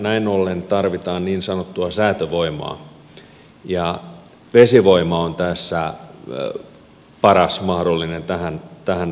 näin ollen tarvitaan niin sanottua säätövoimaa ja vesivoima on tässä paras mahdollinen vastaus tähän